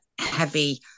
heavy